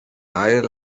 ail